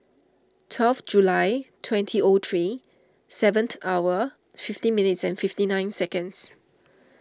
twelve July twenty O three seven hour fifty minutes and fifty nine seconds